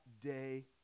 day